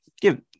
give